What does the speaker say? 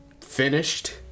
finished